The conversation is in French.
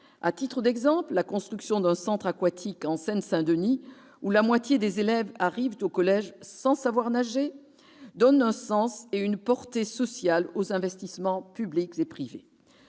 À titre d'exemple, la construction d'un centre aquatique en Seine-Saint-Denis, où la moitié des élèves arrive au collège sans savoir nager, donne un sens et une portée sociale aux investissements publics et privés.